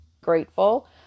grateful